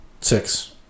six